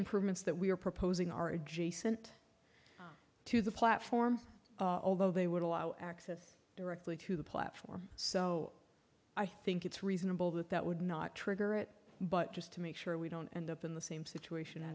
improvements that we are proposing are adjacent to the platform although they would allow access directly to the platform so i think it's reasonable that that would not trigger it but just to make sure we don't end up in the same situation